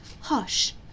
hush